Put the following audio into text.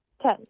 Ten